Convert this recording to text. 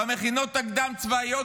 במכינות הקדם-צבאיות,